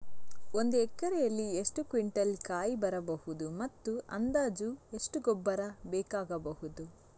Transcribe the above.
ಒಂದು ಎಕರೆಯಲ್ಲಿ ಎಷ್ಟು ಕ್ವಿಂಟಾಲ್ ಕಾಯಿ ಬರಬಹುದು ಮತ್ತು ಅಂದಾಜು ಎಷ್ಟು ಗೊಬ್ಬರ ಬೇಕಾಗಬಹುದು?